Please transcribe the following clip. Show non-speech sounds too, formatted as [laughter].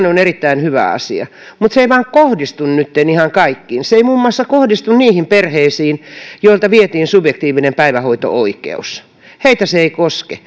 [unintelligible] on erittäin hyvä asia mutta se ei vain kohdistu nytten ihan kaikkiin se ei muun muassa kohdistu niihin perheisiin joilta vietiin subjektiivinen päivähoito oikeus heitä se ei koske [unintelligible]